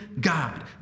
God